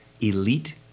elite